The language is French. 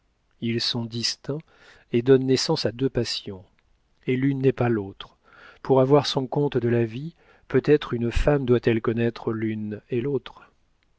ils sont distincts et donnent naissance à deux passions et l'une n'est pas l'autre pour avoir son compte de la vie peut-être une femme doit-elle connaître l'une et l'autre